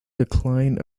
decline